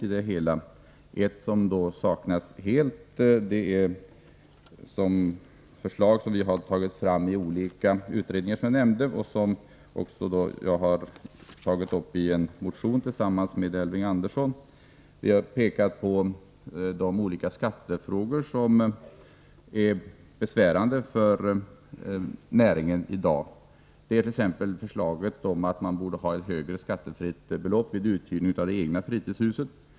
Det första gäller en del frågor på skatteområdet som saknas helt i propositionen. Förslag som har tagits fram i olika utredningar har jag tillsammans med Elving Andersson tagit upp i en motion, där vi pekar på några skattefrågor som är besvärande för näringen i dag. Vi framför förslag om ett högre skattefritt belopp vid uthyrning av det egna fritidshuset.